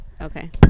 Okay